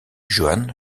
juan